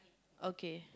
okay